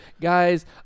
Guys